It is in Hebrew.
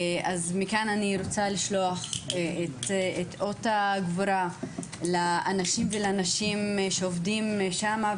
מכאן אני רוצה לשלוח את אות הגבורה לאנשים ולנשים שעובדים שם,